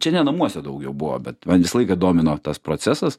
čia ne namuose daugiau buvo bet man visą laiką domino tas procesas